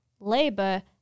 Labour